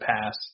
pass